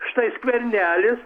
štai skvernelis